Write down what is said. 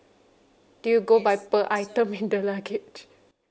do you go by per item in the luggage